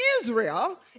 Israel